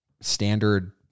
standard